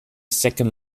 second